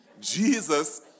Jesus